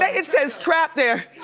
yeah it says trap there.